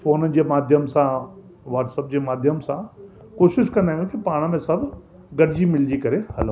phone जे माध्यम सां वाट्सएप जे माध्यम सां कोशिश कंदा आहियूं कि पाण में सभु गॾिजी मिलिजी करे हलूं